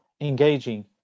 engaging